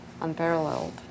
unparalleled